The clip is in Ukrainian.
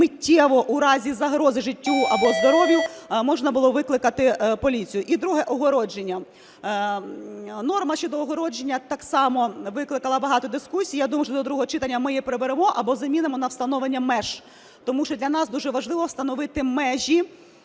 миттєво в разі загрози життю або здоров'ю можна було викликати поліцію. І друге – огородження. Норма щодо огородження так само викликала багато дискусій. Я думаю, що до другого читання ми її приберемо або замінимо на встановлення меж. Тому що для нас дуже важливо встановити межі